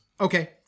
Okay